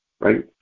right